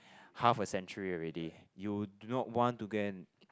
half a century already you do not want to go and